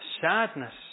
sadness